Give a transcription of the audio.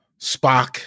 Spock